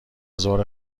زهره